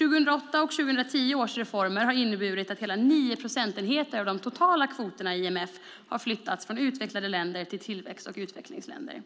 2008 och 2010 års reformer har inneburit att hela 9 procentenheter av de totala kvoterna i IMF har flyttats från utvecklade länder till tillväxt och utvecklingsländer.